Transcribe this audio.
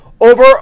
over